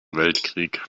weltkrieg